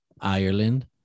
Ireland